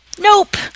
Nope